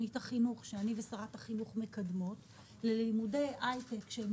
אני ושרת החינוך מקדמות תוכנית ללימודי הייטק כך שהם